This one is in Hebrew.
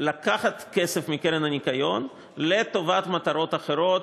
לקחת כסף מהקרן לשמירת הניקיון לטובת מטרות אחרות,